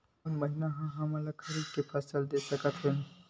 कोन महिना म हमन ह खरीफ फसल कर सकत हन?